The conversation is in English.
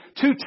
two